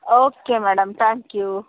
okay madam thank you